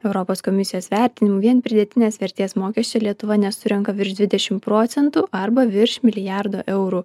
europos komisijos vertinimu vien pridėtinės vertės mokesčio lietuva nesurenka virš dvidešimt procentų arba virš milijardo eurų